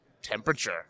temperature